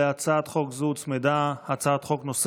להצעת חוק זו הוצמדה הצעת חוק של